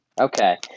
Okay